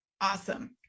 Awesome